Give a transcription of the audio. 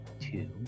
two